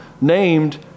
named